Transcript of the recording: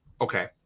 Okay